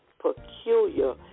peculiar